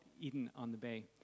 Eden-on-the-Bay